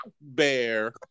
bear